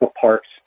parks